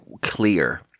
clear